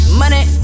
money